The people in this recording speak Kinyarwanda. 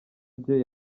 rye